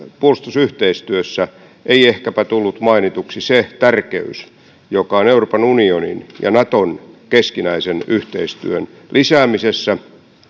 puolustusyhteistyössä ei ehkäpä tullut mainituksi se tärkeys joka on euroopan unionin ja naton keskinäisen yhteistyön lisäämisessä